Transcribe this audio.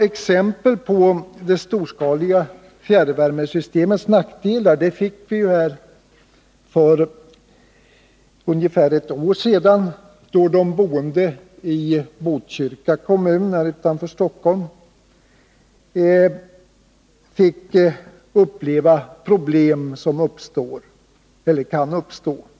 Exempel på det storskaliga fjärrvärmesystemets nackdelar fick vi för ungefär ett år sedan, då de boende i Botkyrka kommun utanför Stockholm fick uppleva problem som kan uppstå.